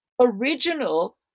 original